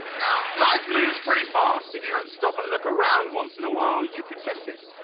now life moves pretty fast. if you don't stop and look around once in a while you could miss it.